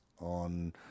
on